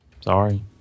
Sorry